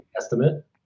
estimate